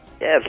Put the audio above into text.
Yes